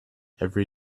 every